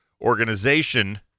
organization